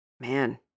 man